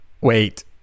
wait